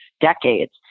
decades